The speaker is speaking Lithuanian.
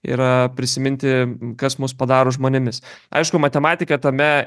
ir prisiminti kas mus padaro žmonėmis aišku matematika tame